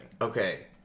Okay